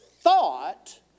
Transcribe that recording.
thought